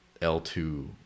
L2